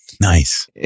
Nice